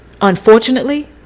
Unfortunately